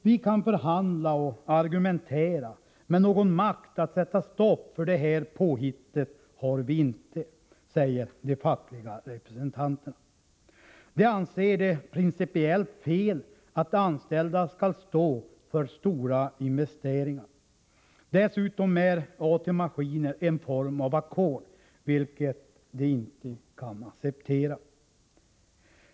”Vi kan förhandla och argumentera, men någon makt att sätta stopp för det här påhittet har vi inte”, säger de fackliga representanterna. De anser det vara principiellt fel att anställda skall stå för stora investeringar. Dessutom är at-maskiner en form av ackord, vilket de inte kan acceptera.